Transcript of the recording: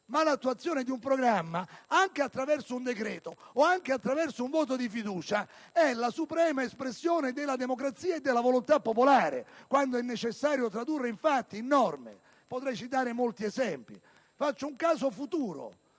ma l'attuazione di un programma, anche attraverso un decreto o tramite un voto di fiducia, è la suprema espressione della democrazia e della volontà popolare quando è necessario tradurle in fatti e in norme. Potrei citare molti esempi, ma prendo un caso futuro